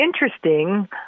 interesting